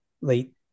late